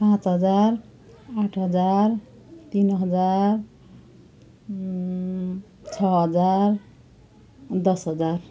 पाँच हजार आठ हजार तिन हजार छ हजार दस हजार